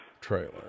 trailer